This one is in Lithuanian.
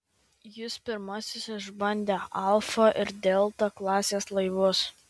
jis pirmasis išbandė alfa ir delta klasės laivus